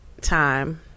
time